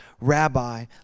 Rabbi